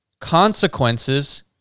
consequences